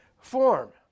form